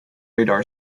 radar